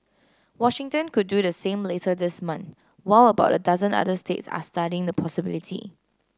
Washington could do the same later this month while about a dozen other states are studying the possibility